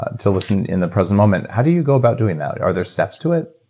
ah to listen in the present moment how do you go about doing that? are there steps to it?